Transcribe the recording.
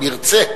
אם ירצה,